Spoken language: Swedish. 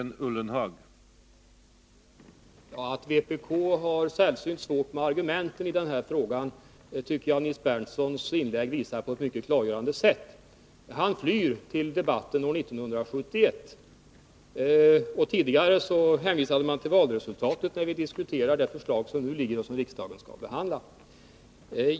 Herr talman! Att vpk har särskilt svårt med argumenten i denna fråga tycker jag Nils Berndtsons inlägg visar på ett mycket klargörande sätt. Han flyr till debatten år 1971. Tidigare hänvisade vpk:s företrädare till valresultatet när vi diskuterade det förslag som riksdagen nu skall behandla.